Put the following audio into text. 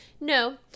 No